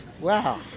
Wow